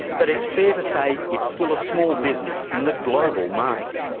but it's fair to say it's still a small business in the global market.